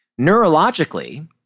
Neurologically